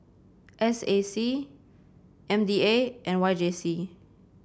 S A C M D A and Y J C